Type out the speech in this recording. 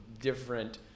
different